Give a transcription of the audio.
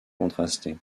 contrasté